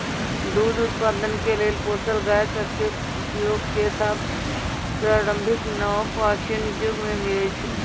दूध उत्पादन के लेल पोसल गाय सभ के उपयोग के साक्ष्य प्रारंभिक नवपाषाण जुग में मिलइ छै